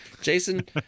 Jason